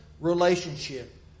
relationship